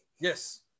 Yes